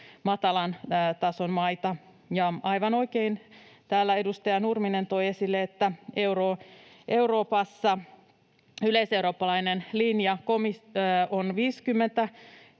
matalan tason maita. Ja aivan oikein täällä edustaja Nurminen toi esille, että Euroopassa yleiseurooppalainen linja on 50:n